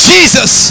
Jesus